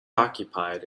occupied